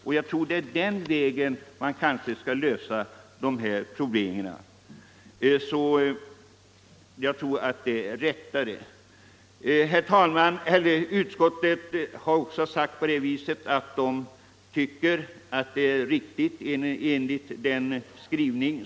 Det är på den vägen som dessa problem bör lösas, och det framhåller också utskottet i sin skrivning.